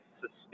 sustain